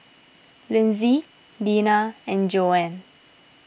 Linsey Deena and Joanne